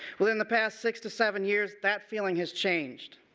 within the past six to seven years that feeling has changed.